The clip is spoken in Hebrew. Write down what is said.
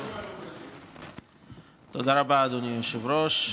תודה רבה, אדוני היושב-ראש.